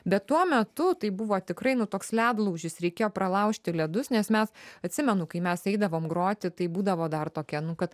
bet tuo metu tai buvo tikrai nu toks ledlaužis reikėjo pralaužti ledus nes mes atsimenu kai mes eidavom groti tai būdavo dar tokia nu kad